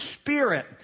spirit